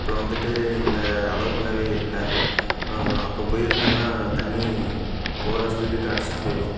அப்போல்லாம் வந்துட்டு எங்களை அலோவ் பண்ணவே இல்லை அப்போ போயிருந்தேன்னால் தண்ணி போகிற ஸ்பீடுக்கு அடிச்சுட்டு போயிடும்